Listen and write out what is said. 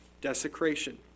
desecration